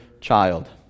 child